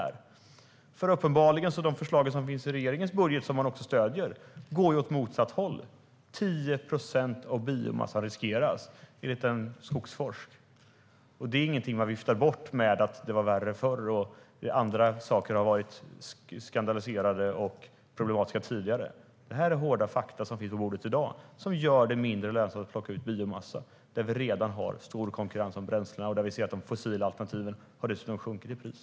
Det är uppenbart att de förslag som finns i regeringens budget, som man också stöder, går åt motsatt håll. Det är 10 procent av biomassan som riskeras enligt Skogforsk. Det är ingenting som man viftar bort med att det var värre förr och att andra saker har varit skandaliserade och problematiska tidigare. Det är hårda fakta som finns på bordet i dag som gör det mindre lönsamt att plocka ut biomassa. Vi har redan stor konkurrens om bränslena och ser att de fossila alternativen dessutom har sjunkit i pris.